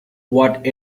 what